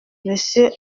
monsieur